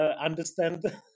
understand